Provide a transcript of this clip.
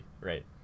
right